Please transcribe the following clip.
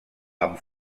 amb